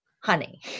Honey